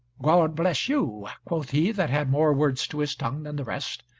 god bless you, quoth he that had more words to his tongue than the rest.